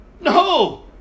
No